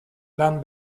lan